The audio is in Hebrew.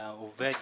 העובד